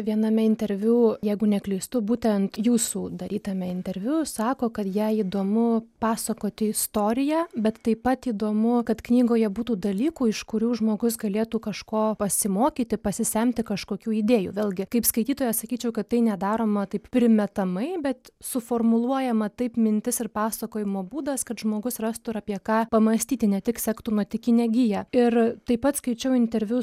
viename interviu jeigu neklystu būtent jūsų darytame interviu sako kad jai įdomu pasakoti istoriją bet taip pat įdomu kad knygoje būtų dalykų iš kurių žmogus galėtų kažko pasimokyti pasisemti kažkokių idėjų vėlgi kaip skaitytoja sakyčiau kad tai nedaroma taip primetamai bet suformuluojama taip mintis ir pasakojimo būdas kad žmogus rastų ir apie ką pamąstyti ne tik sektų nuotykinę giją ir taip pat skaičiau interviu